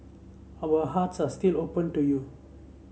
our hearts are still open to you